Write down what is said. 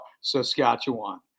Saskatchewan